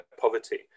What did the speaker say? poverty